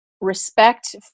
respect